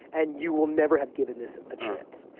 and you will never have given this a chance.